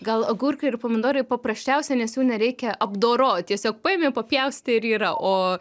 gal agurkai ir pomidorai paprasčiausia nes jų nereikia apdoro tiesiog paėmei papjaustei ir yra o